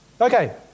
Okay